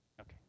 okay